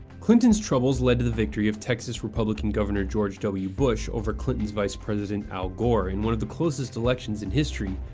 clinton's troubles led to the victory of texas republican governor george w. bush over clinton's vice president al gore in one of the closest elections in history,